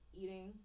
eating